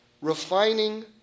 Refining